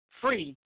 free